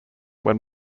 when